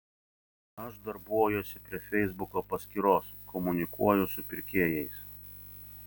aš darbuojuosi prie feisbuko paskyros komunikuoju su pirkėjais